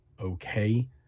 okay